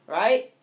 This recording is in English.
right